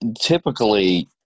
Typically